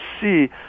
see